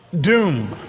doom